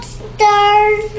stars